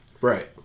Right